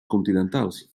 continentals